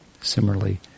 Similarly